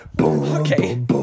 Okay